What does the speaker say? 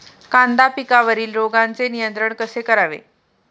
कांदा पिकावरील रोगांचे नियंत्रण कसे करावे?